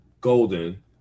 Golden